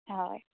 হয়